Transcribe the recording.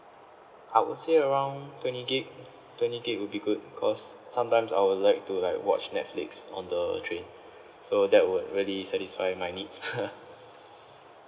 I would say around twenty gig twenty gig would be good because sometimes I would like to like watch Netflix on the train so that would really satisfy my needs